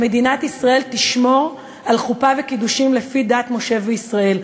שמדינת ישראל תשמור על חופה וקידושין לפי דת משה וישראל.